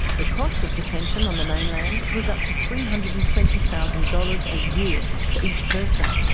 the cost of detention on the mainland was up to three hundred and twenty thousand dollars a year for each person.